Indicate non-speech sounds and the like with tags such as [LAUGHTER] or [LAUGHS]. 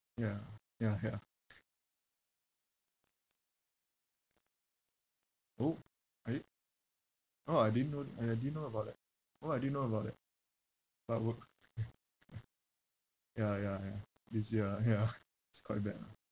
ya ya ya [LAUGHS] oh eh oh I didn't know I didn't know about that oh I didn't know about that but we're ya ya ya this year ah ya [LAUGHS] it's quite bad lah